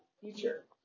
future